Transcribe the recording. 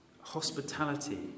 hospitality